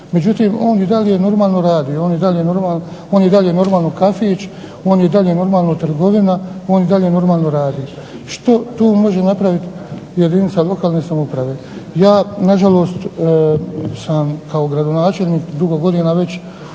međutim on i dalje normalno radi, on i dalje normalno vodi kafić, on i dalje normalno trgovina, on i dalje normalno radi. Što tu može napraviti jedinica lokalne samouprave? Ja nažalost sam kao gradonačelnik dugo godina već